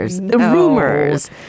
Rumors